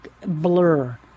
blur